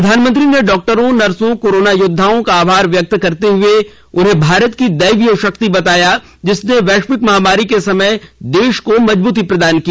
प्रधानमंत्री ने डॉक्टरों नर्सों कोरोना योद्वाओं का आभार व्यक्त करते हुए उन्हें भारत की दैवीय शक्ति बताया जिसने वैश्विक महामारी के समय देश को मजबूती प्रदान की